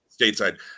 Stateside